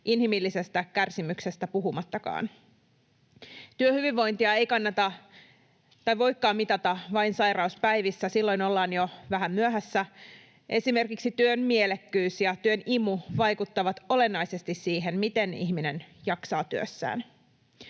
inhimillisestä kärsimyksestä puhumattakaan. Työhyvinvointia ei kannata tai voikaan mitata vain sairauspäivissä. Silloin ollaan jo vähän myöhässä. Esimerkiksi työn mielekkyys ja työn imu vaikuttavat olennaisesti siihen, miten ihminen jaksaa työssään.